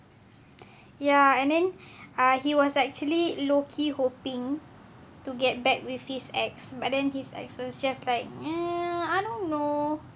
ya and then ah he was actually low key hoping to get back with his ex but then his ex was just like eh I don't know